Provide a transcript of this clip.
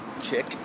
Chick